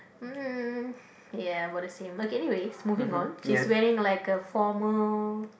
um ya about the same okay anyways moving on she is wearing like a formal